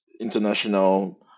international